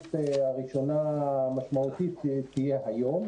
הפעילות הראשונה המשמעותית תהיה היום,